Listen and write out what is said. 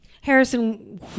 Harrison